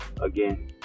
again